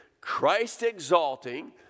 Christ-exalting